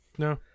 No